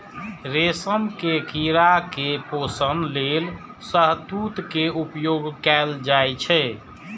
रेशम के कीड़ा के पोषण लेल शहतूत के उपयोग कैल जाइ छै